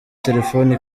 telefone